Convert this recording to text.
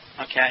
Okay